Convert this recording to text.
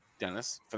Dennis